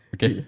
Okay